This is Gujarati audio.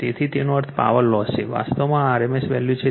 તેથી તેનો અર્થ પાવર લોસ છે વાસ્તવમાં આ rms વેલ્યૂ છે